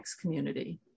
community